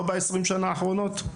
לא ב-20 שנה האחרונות?